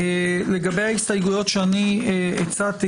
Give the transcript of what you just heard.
לגבי ההסתייגויות שאני הצעתי,